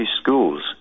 schools